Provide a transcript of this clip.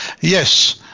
Yes